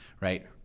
right